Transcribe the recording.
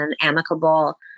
amicable